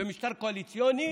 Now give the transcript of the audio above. במשטר קואליציוני